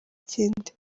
kindi